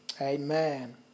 Amen